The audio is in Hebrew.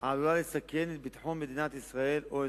העלולה לסכן את ביטחון מדינת ישראל או אזרחיה.